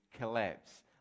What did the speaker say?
collapse